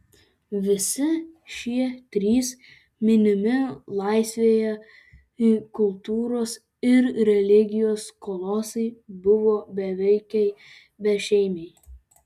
visi šie trys minimi laisvieji kultūros ir religijos kolosai buvo bevaikiai bešeimiai